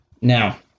Now